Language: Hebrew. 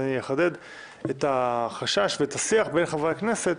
אז אחדד את השיח בין החברי הכנסת,